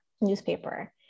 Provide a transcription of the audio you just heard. newspaper